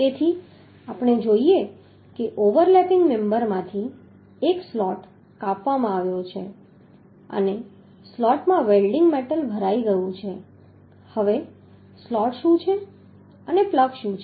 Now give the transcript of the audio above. તેથી આપણે જોઈએ કે ઓવરલેપિંગ મેમ્બરમાંથી એક સ્લોટ કાપવામાં આવ્યો છે અને સ્લોટમાં વેલ્ડીંગ મેટલ ભરાઈ ગયું છે હવે સ્લોટ શું છે અને પ્લગ શું છે